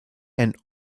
and